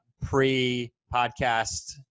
pre-podcast